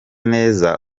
neza